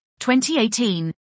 2018